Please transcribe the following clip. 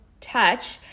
touch